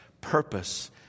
purpose